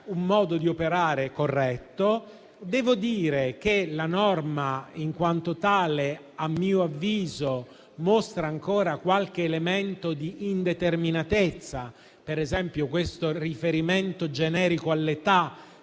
un modo di operare corretto, anche se la norma in quanto tale, a mio avviso, mostra ancora qualche elemento di indeterminatezza, come ad esempio il riferimento generico all'età,